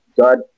God